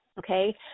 okay